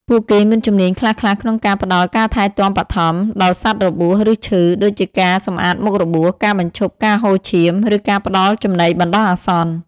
ពួកគេមានជំនាញខ្លះៗក្នុងការផ្តល់ ការថែទាំបឋម ដល់សត្វរបួស ឬឈឺ ដូចជាការសម្អាតមុខរបួស ការបញ្ឈប់ការហូរឈាម ឬការផ្តល់ចំណីបណ្តោះអាសន្ន។